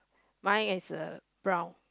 mine is uh brown